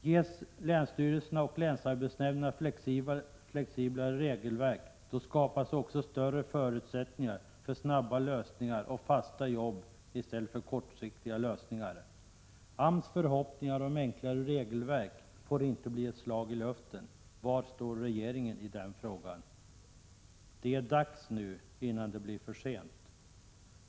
Ges länsstyrelserna och länsarbetsnämnderna flexiblare regelverk skapas också större förutsättningar för snabba lösningar och fasta jobb, i stället för kortsiktiga lösningar. AMS förhoppningar om enklare regelverk får inte bli ett slag i luften. Var står regeringen i den frågan? Det är dags nu — innan det blir för sent.